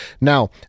Now